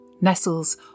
nestles